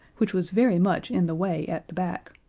which was very much in the way at the back,